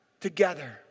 together